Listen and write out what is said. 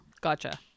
gotcha